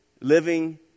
living